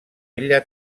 ella